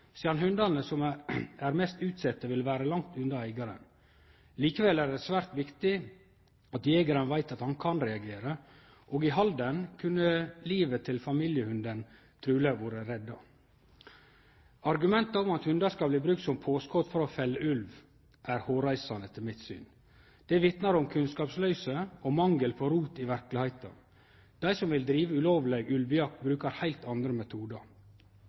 sidan hundane som er mest utsette, vil vere langt unna eigaren. Likevel er det svært viktig at jegeren veit at han kan reagere, og i Halden kunne livet til familiehunden truleg ha vore redda. Argumenta om at hundar skal bli brukte som påskot for å felle ulv, er hårreisande, etter mitt syn. Det vitnar om kunnskapsløyse og manglar rot i verkelegheita. Dei som vil drive ulovleg ulvejakt, bruker heilt andre metodar.